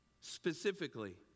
specifically